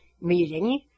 meeting